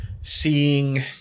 seeing